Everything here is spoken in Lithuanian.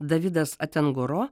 davidas atenguro